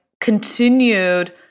continued